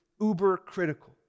uber-critical